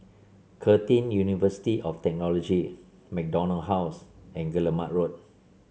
Curtin University of Technology MacDonald House and Guillemard Road